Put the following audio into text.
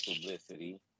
publicity